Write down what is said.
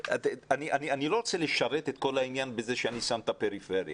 אני לא רוצה לשרת את כל העניין בזה שאני שם את הפריפריה,